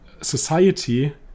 society